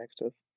negative